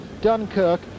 dunkirk